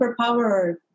superpower